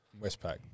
Westpac